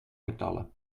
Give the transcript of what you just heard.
getallen